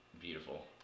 beautiful